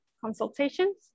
consultations